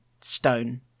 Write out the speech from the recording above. stone